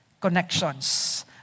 connections